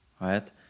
right